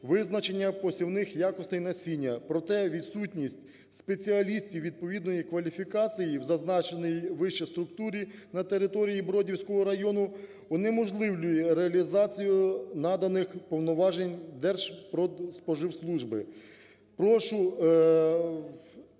визначення посівних якостей насіння. Проте відсутність спеціалістів відповідної кваліфікації, в зазначеній вище структурі на території Бродівського району, унеможливлює реалізацію наданих повноважень Держпродспоживслужби. Прошу